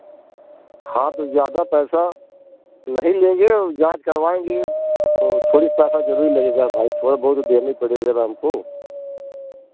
हाँ तो ज्यादा पैसा नहीं लेंगे जाँच करवाएंगे तो थोड़ी पैसा तो जरूर लगेगा भाई थोड़ा बहुत देना पड़ेगा न हमको